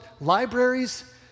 libraries